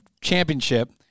championship